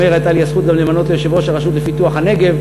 את מאיר הייתה לי הזכות גם למנות ליושב-ראש הרשות לפיתוח הנגב,